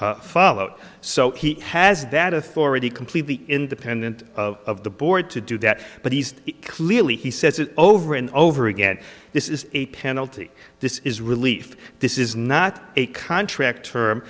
followed so he has that authority completely independent of the board to do that but he's clearly he says it over and over again this is a penalty this is relief this is not a contract term